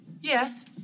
yes